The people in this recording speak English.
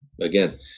again